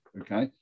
Okay